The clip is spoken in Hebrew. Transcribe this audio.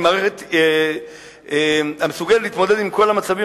היא מערכת המסוגלת להתמודד עם כל המצבים